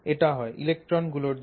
এটা হয় ইলেক্ট্রন গুলোর জন্য